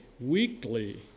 weekly